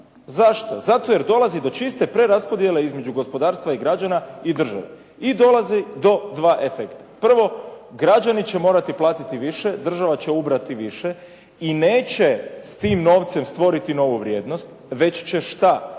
Zašto? Zato što dolazi do čiste preraspodjele između gospodarstva i građana i države. I dolazi do dva efekta. Prvo građani će morati platiti više, država će ubrati više i neće s tim novcem stvoriti novu vrijednost, jer će što